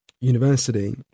University